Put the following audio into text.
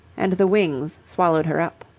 and the wings swallowed her up.